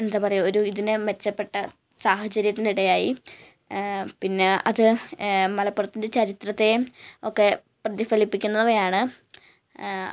എന്താ പറയുക ഒരു ഇതിനെ മെച്ചപ്പെട്ട സാഹചര്യത്തിനിടയായി പിന്നെ അത് മലപ്പുറത്തിന്റെ ചരിത്രത്തെയും ഒക്കെ പ്രതിഫലിപ്പിക്കുന്നവയാണ്